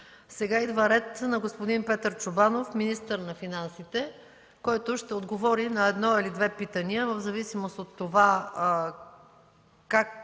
Сега идва ред на господин Петър Чобанов, министър на финансите, който ще отговори на едно или две питания, в зависимост от това как